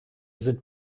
sind